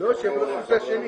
ההתייעצות.